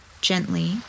Gently